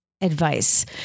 advice